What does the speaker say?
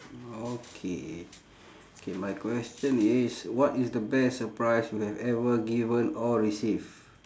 okay K my question is what is the best surprise you have ever given or receive